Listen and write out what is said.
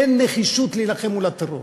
אין נחישות להילחם מול הטרור.